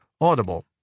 Audible